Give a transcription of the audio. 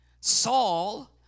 Saul